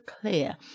clear